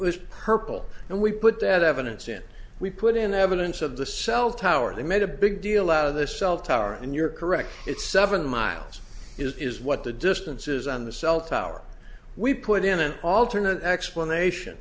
was purple and we put that evidence in we put in evidence of the cell tower they made a big deal out of the cell tower and you're correct it's seven miles is what the distance is on the cell tower we put in an alternate explanation